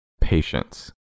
patience